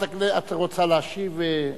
את רוצה להשיב?